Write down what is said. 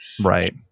Right